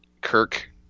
Kirk